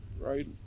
right